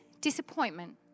disappointment